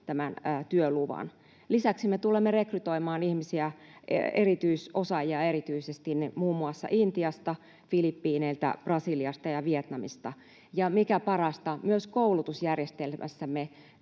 tämän työluvan. Lisäksi me tulemme rekrytoimaan ihmisiä, erityisesti erityisosaajia, muun muassa Intiasta, Filippiineiltä, Brasiliasta ja Vietnamista. Ja mikä parasta, myös koulutusjärjestelmässämme